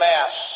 Mass